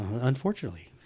Unfortunately